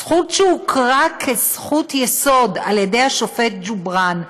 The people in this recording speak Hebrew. זכות שהוכרה כזכות יסוד על-ידי השופט ג'ובראן,